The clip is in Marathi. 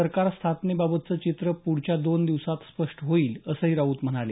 सरकार स्थापनेबाबतचं चित्र पुढच्या दोन दिवसांत स्पष्ट होईल असंही राऊत म्हणाले